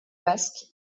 basque